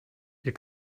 hier